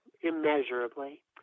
immeasurably